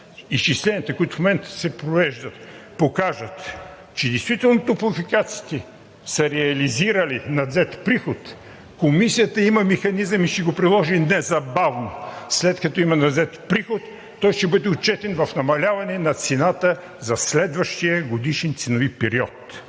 изчисленията, които в момента се провеждат, покажат, че действително топлофикациите са реализирали надвзет приход Комисията има механизъм и ще го приложи незабавно, след като има надвзет приход, той ще бъде отчетен в намаляване на цената за следващия годишен ценови период.